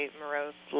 morose